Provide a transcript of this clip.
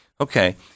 Okay